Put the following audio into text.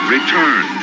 Return